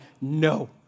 no